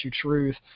Truth